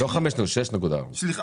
סליחה,